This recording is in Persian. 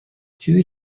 چیزی